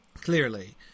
clearly